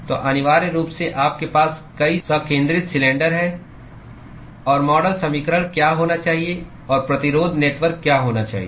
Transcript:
तो अनिवार्य रूप से आपके पास कई संकेंद्रित सिलेंडर हैं और मॉडल समीकरण क्या होना चाहिए और प्रतिरोध नेटवर्क क्या होना चाहिए